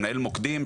מנהל מוקדים,